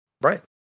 right